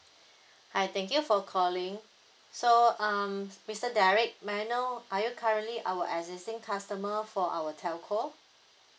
hi thank you for calling so um mister derrick may I know are you currently our existing customer for our telco